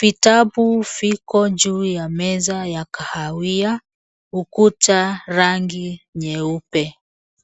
vitabu viko juu ya meza ya kahawia, ukuta rangi nyeupe.